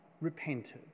repented